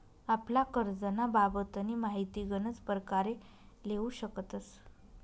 आपला करजंना बाबतनी माहिती गनच परकारे लेवू शकतस